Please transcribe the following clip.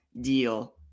deal